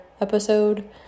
episode